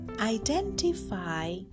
Identify